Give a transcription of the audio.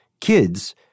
kids